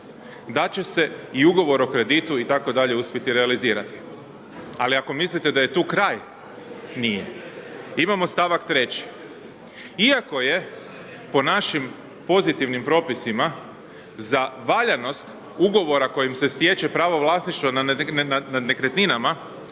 da će se i Ugovor o kreditu itd. uspjeti realizirati. Ali, ako mislite da je tu kraj, nije. Imamo st. 3.-ći, iako je po našim pozitivnim propisima za valjanost Ugovora kojim se stječe pravo vlasništva nad nekretninama